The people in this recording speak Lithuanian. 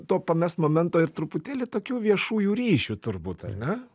to pamest momento ir truputėlį tokių viešųjų ryšių turbūt ar ne